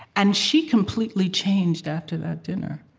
and she completely changed after that dinner.